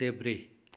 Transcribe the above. देब्रे